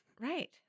Right